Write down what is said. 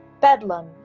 Bedlam